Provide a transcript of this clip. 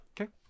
okay